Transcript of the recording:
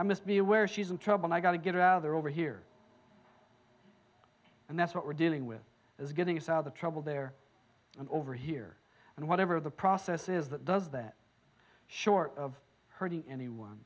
i must be aware she's in trouble i got to get rather over here and that's what we're dealing with is getting us out of trouble there and over here and whatever the process is that does that short of hurting anyone